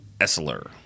Essler